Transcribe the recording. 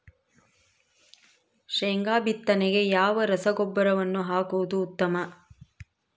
ಶೇಂಗಾ ಬಿತ್ತನೆಗೆ ಯಾವ ರಸಗೊಬ್ಬರವನ್ನು ಹಾಕುವುದು ಉತ್ತಮ?